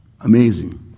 Amazing